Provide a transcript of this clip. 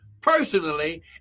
personally